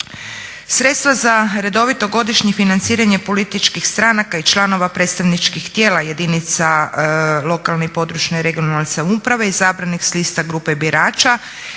Sredstva za redovito godišnje financiranje političkih stranaka i članova predstavničkih tijela jedinica lokalne i područne (regionalne) samouprave izabranih sa lista grupe birača